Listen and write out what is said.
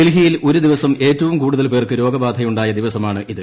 ഡൽഹിയിൽ ഒരു ദിവസം ഏറ്റവും കൂടുതൽ പേർക്ക് രോഗബാധയുണ്ടായ ദിവസമാണിത്